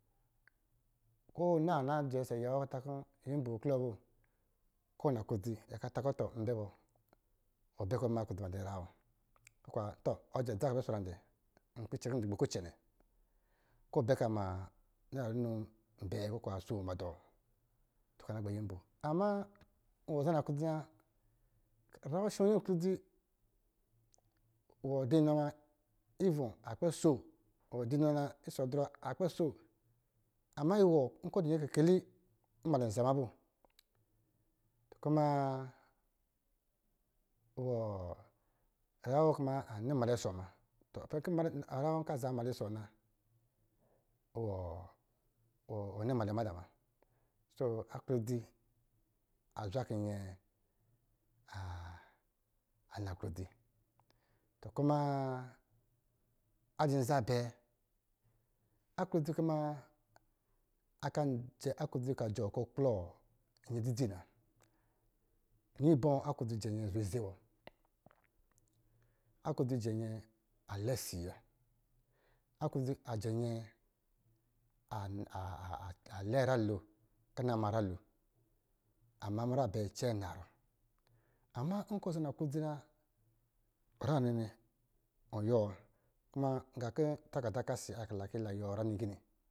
Ko ɔ na, na jɛ ɔsɔ aya wɔ, ka ta kɔ̄ yinbo klɔ mo, kɔ̄ ɔ dɔ̄ na dodzi wɔ yaka ta kɔ̄ tɔ ɔ bɛ bɔ, ɔ bɛ kɔ̄ bɛ ma aklodzi ma dɔ̄ nyra wɔ nkpi cɛ kɔ̄ ɔ dɔ̄ gbo kicɛ nnɛ, a bɛ kɔ̄ ba aldodzi ma dɔ nyra wa ka ma naira runɔ bɛɛ tɛ asoo ma dɔ̄ɔ ka na gbɛ yinbo, ama ɔwɔ za nadodzi na, nyra wɔ sho yi adodzi wɔ dɔ inɔ na, ivɔ akpɛ shoo, wɔ dɔ inɔ na, isavɔdrɔ, ama iwɔɔ nvɔ̄ dɔ̄ nyɛ akikɛli nanalɛ zaa mla mo nyrawɔ nkɔ̄ azaa nmalɛ ɔsɔ wɔ na wɔ nɔ nmalɛ mada muna to adodzi azwa kɔ̄ nyɛ a nɔ naklodzi yo kuma adɔ̄ nzan bɛɛ, aklodzi aklodzi ka jɔɔkɔ̄ kplɔ nyɛ dzidzi na. Yi bɔ? Adodzi a jɛ nyɛ zɔrɔ ize bɔ, aldodzi a jɛ nyɛ lɛ yi nyɛ, akdodzi ajɛ nyɛ lɛ nyra lo, kɔ̄ a na ma nyralo. Ama minyɛnyra lo cɛnarɔ, ama nkɔ̄ ɔ zaa na klodzi na, nyra wa nnɛ, nnɛ wɔ yiwɔ wa kuma taraka si ayaka kɔ̄ la yiwɔ nyra ligini.